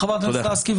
חברת הכנסת לסקי.